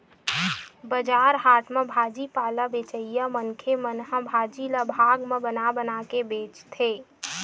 बजार हाट म भाजी पाला बेचइया मनखे मन ह भाजी ल भाग म बना बना के बेचथे